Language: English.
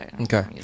okay